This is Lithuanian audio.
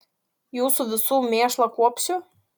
jūsų visų mėšlą kuopsiu